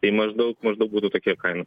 tai maždaug maždaug būtų tokia kaina